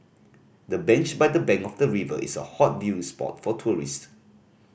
the bench by the bank of the river is a hot viewing spot for tourists